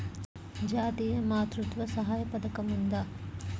జాతీయ మాతృత్వ సహాయ పథకం ఉందా?